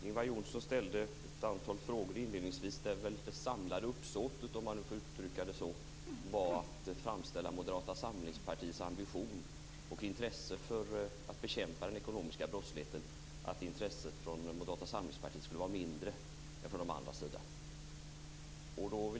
Fru talman! Ingvar Johnsson ställde inledningsvis ett antal frågor. Det samlade uppsåtet - om jag får uttrycka det så - verkade vara att framställa att Moderata samlingspartiets intresse och ambition att bekämpa den ekonomiska brottsligheten skulle vara mindre än hos de andra partierna.